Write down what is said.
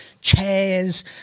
chairs